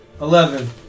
Eleven